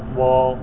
wall